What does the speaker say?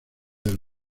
del